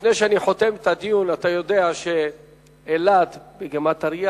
לפני שאני חותם את הדיון, אתה יודע שאילת בגימטריה